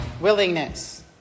Willingness